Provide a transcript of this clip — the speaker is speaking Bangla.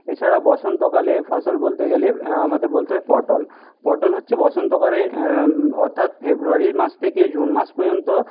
এছাড়া বসন্তকালে ফসল বলতে গেলে আমাদের বলতে হয় পটল পটল হচ্ছে বসন্তকরে অর্থাৎ ফেব্রুয়ারি মাস থেকে জুন মাস পর্যন্ত